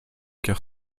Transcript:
car